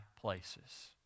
places